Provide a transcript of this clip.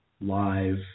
live